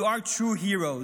You are true heroes.